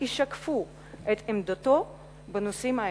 שישקפו את עמדתו בנושאים האלו.